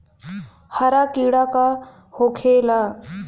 हरा कीड़ा का होखे ला?